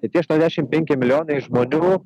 tai tie aštuoniasdešimt penki milijonai žmonių